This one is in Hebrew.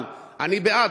אני בעד,